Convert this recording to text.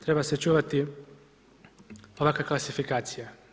Treba se čuvati ovakvih klasifikacija.